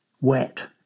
wet